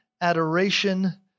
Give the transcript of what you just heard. adoration